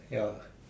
ya